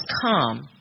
come